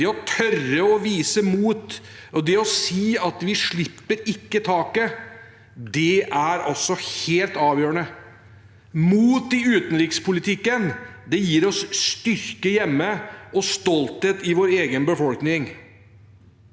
å tørre å vise mot og å si at vi ikke slipper taket, det er helt avgjørende. Mot i utenrikspolitikken gir oss styrke hjemme og stolthet i vår egen befolkning.